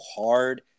hard